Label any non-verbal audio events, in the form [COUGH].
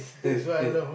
[LAUGHS]